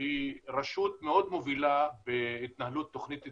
היא רשות מאוד מובילה בהתנהלות תוכנית 'אתגרים'